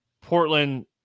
Portland